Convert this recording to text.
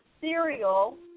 cereal